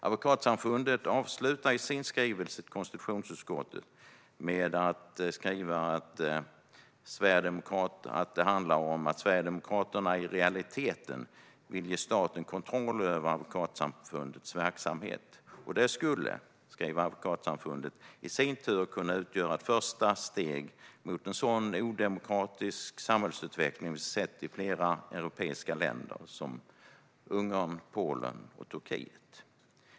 Advokatsamfundet avslutar sin skrivelse till konstitutionsutskottet med att det handlar om att Sverigedemokraterna i realiteten vill ge staten kontroll över Advokatsamfundets verksamhet. Detta skulle, skriver Advokatsamfundet, i sin tur kunna utgöra ett första steg mot en sådan odemokratisk samhällsutveckling som vi sett i flera europeiska länder såsom Ungern, Polen och Turkiet.